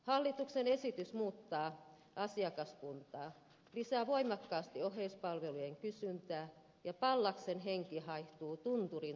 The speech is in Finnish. hallituksen esitys muuttaa asiakaskuntaa lisää voimakkaasti oheispalvelujen kysyntää ja pallaksen henki haihtuu tunturin tuuliin